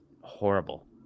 horrible